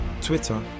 Twitter